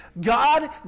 God